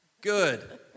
Good